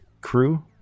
crew